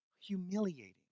Humiliating